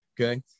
Okay